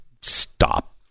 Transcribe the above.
stop